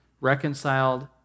reconciled